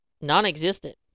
non-existent